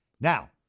Now